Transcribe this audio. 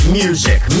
music